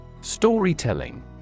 Storytelling